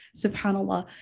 subhanallah